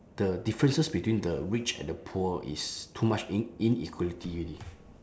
the differences between the rich and the poor is too much in~ inequality already